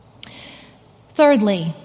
Thirdly